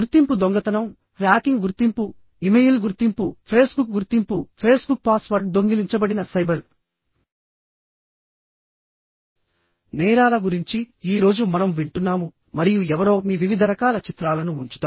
గుర్తింపు దొంగతనం హ్యాకింగ్ గుర్తింపు ఇమెయిల్ గుర్తింపు ఫేస్బుక్ గుర్తింపు ఫేస్బుక్ పాస్వర్డ్ దొంగిలించబడిన సైబర్ నేరాల గురించి ఈ రోజు మనం వింటున్నాము మరియు ఎవరో మీ వివిధ రకాల చిత్రాలను ఉంచుతారు